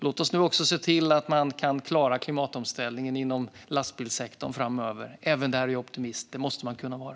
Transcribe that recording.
Låt oss nu också se till att man kan klara klimatomställningen inom lastbilssektorn framöver. Även när det gäller det är jag optimist. Det måste man kunna vara.